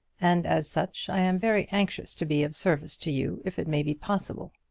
and as such i am very anxious to be of service to you if it may be possible.